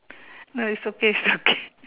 no it's okay it's okay